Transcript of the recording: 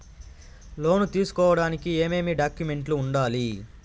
లోను తీసుకోడానికి ఏమేమి డాక్యుమెంట్లు ఉండాలి